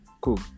cool